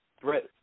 Threat